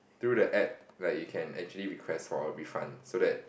through the app where you can actually request for a refund so that